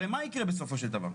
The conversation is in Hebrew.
הרי מה יקרה בסופו של דבר?